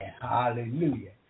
Hallelujah